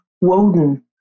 Woden